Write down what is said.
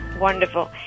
wonderful